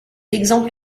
exemple